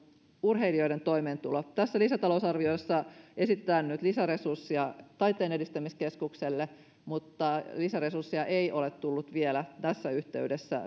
urheilijoiden toimeentulo tässä lisätalousarviossa esitetään nyt lisäresurssia taiteen edistämiskeskukselle mutta lisäresurssia ei ole tullut vielä tässä yhteydessä